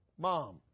mom